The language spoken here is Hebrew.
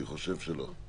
אני חושב שלא.